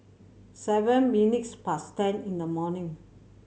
seven minutes past ten in the morning